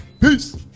peace